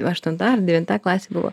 aštunta ar devinta klasė buvo